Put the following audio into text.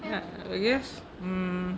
ya I guess um